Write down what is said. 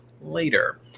later